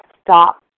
stop